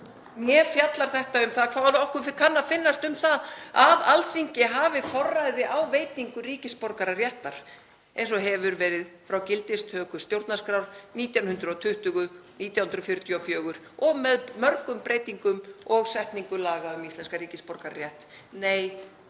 né fjallar þetta um það hvað okkur kann að finnast um það að Alþingi hafi forræði á veitingu ríkisborgararéttar eins og hefur verið frá gildistöku stjórnarskrár 1920, 1944 og með mörgum breytingum og setningu laga um íslenskan ríkisborgararétt.